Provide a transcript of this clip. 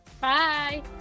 Bye